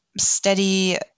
steady